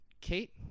Kate